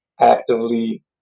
actively